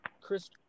Chris